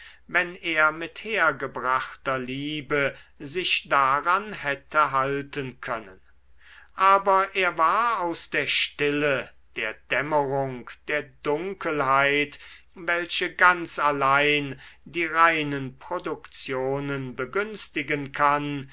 wenn er mit hergebrachter liebe sich daran hätte halten können aber er war aus der stille der dämmerung der dunkelheit welche ganz allein die reinen produktionen begünstigen kann